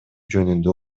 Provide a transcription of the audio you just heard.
жөнүндө